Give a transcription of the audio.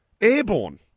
Airborne